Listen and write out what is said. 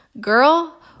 girl